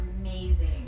amazing